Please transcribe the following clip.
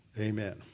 Amen